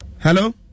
Hello